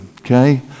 Okay